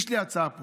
יש לי הצעה פה: